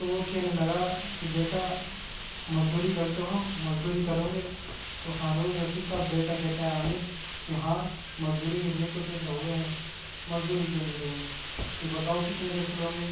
تو وہ کہنے لگا کہ بیٹا مزدوری کرتے ہو مزدوری کروگے تو ہارون رشید کا بیٹا کہتا ہے عامر کہ ہاں مزدوری کے لیے تو پیدا ہوئے ہیں مزدوری کیوں نہیں کریں گے کہ بتاؤ کتنے پیسے لوگے